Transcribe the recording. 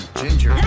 ginger